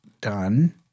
done